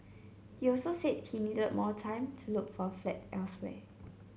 he also said he needed more time to look for a flat elsewhere